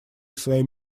своим